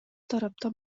тарапта